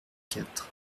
quatre